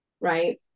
right